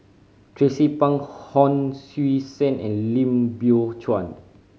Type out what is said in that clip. Tracie Pang Hon Sui Sen and Lim Biow Chuan